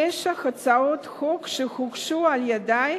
תשע הצעות חוק שהוגשו על-ידי,